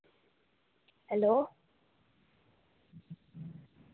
hello